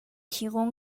提供